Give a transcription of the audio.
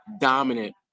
dominant